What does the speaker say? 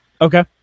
Okay